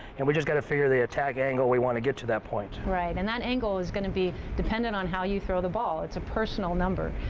and we just got to figure the attack angle we want to get to that point. right, and that angle is going to be dependent on how you throw the ball, it's a personal number.